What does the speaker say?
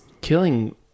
killing